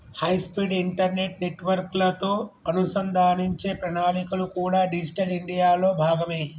high speed internet నెట్వర్క్లతో అనుసంధానించే ప్రణాళికలు కూడా డిజిటల్ ఇండియాలో భాగమే